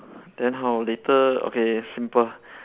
then how later okay simple